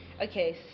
Okay